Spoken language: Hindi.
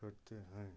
करते हैं